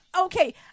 Okay